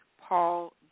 Paul